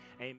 amen